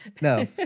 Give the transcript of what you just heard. No